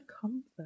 comfort